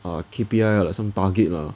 K_P_I or some target lah